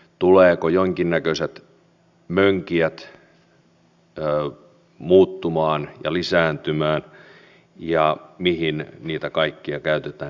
tulevatko jonkinnäköiset mönkijät muuttumaan ja lisääntymään ja mihin niitä kaikkia käytetään